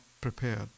prepared